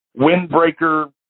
windbreaker